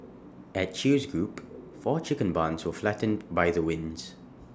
at chew's group four chicken barns were flattened by the winds